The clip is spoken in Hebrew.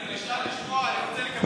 אני אשלח, אני רוצה לקבל